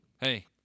Hey